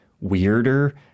weirder